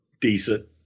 decent